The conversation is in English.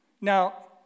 Now